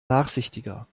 nachsichtiger